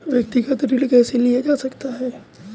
व्यक्तिगत ऋण कैसे लिया जा सकता है?